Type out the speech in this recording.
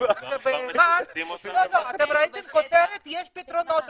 שבאילת יש פיתרונות.